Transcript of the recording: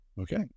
Okay